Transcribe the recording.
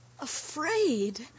Afraid